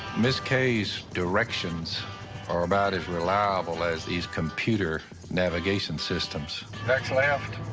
miss kay's directions are about as reliable as these computer navigation systems. next left?